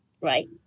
right